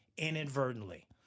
inadvertently